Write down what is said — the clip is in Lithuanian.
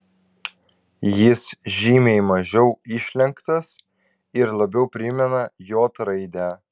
jis žymiai mažiau išlenktas ir labiau primena j raidę